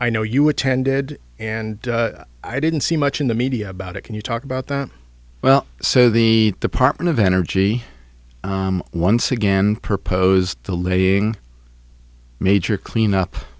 i know you attended and i didn't see much in the media about it can you talk about that well so the department of energy once again per posed the leading major cleanup